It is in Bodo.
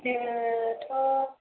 जोङोथ'